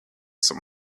some